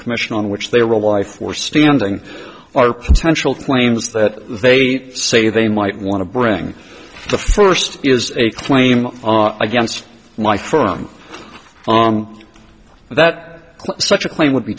commission on which they are a wife or standing or potential claims that they say they might want to bring the first is a claim against my from that such a claim would be